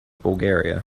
bulgaria